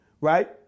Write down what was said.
Right